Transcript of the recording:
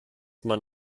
man